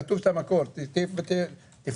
כתוב שם הכול, תפנה.